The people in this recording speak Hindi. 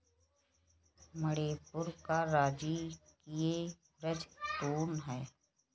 मणिपुर का राजकीय वृक्ष तून है